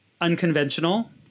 unconventional